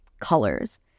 colors